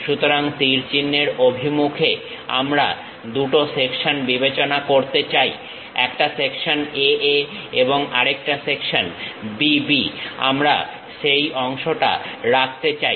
সুতরাং তীর চিহ্নের অভিমুখে আমরা দুটো সেকশন বিবেচনা করতে চাই একটা সেকশন A A এবং আরেকটা সেকশন B B আমরা সেই অংশটা রাখতে চাই